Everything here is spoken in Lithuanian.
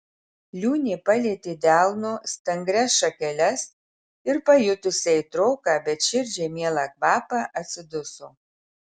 liūnė palietė delnu stangrias šakeles ir pajutusi aitroką bet širdžiai mielą kvapą atsiduso